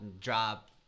drop